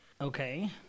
Okay